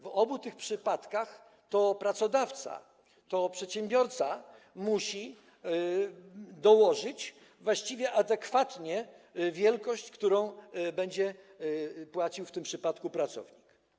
W obu tych przypadkach to pracodawca, to przedsiębiorca musi dołożyć właściwie adekwatnie do wielkości, którą będzie płacił w tym przypadku pracownik.